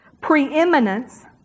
preeminence